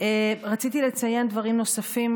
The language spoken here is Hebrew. רציתי לציין דברים נוספים,